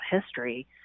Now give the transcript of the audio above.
history